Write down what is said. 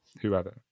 whoever